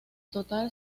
total